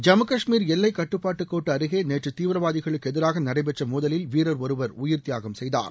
ஜம்மு கஷ்மீர் எல்லைக் கட்டுப்பாட்டு கோட்டு அருகே நேற்று தீவிரவாதிகளுக்கு எதிராக நடைபெற்ற மோதலில் வீரர் ஒருவர் உயிர் தியாகம் செய்தார்